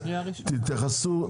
תתייחסו,